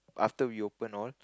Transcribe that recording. after we open all